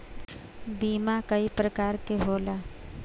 बीमा कई परकार के होला